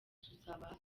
tuzabaha